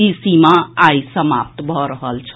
ई सीमा आइ समाप्त भऽ रहल छल